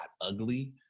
ugly